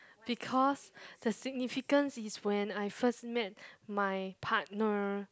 because the significance is when I first met my partner